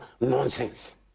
nonsense